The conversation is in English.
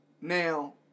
Now